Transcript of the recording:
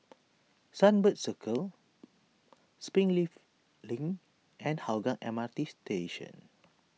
Sunbird Circle Springleaf Link and Hougang M R T Station